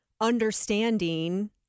understanding